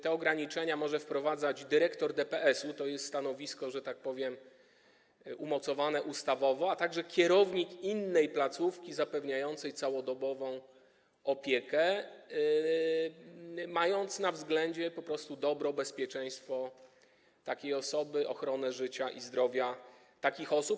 Te ograniczenia może wprowadzać dyrektor DPS-u - to jest stanowisko, że tak powiem, umocowane ustawowo - a także kierownik innej placówki zapewniającej całodobową opiekę, mając na względzie po prostu dobro, bezpieczeństwo, ochronę życia i zdrowia takich osób.